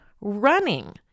running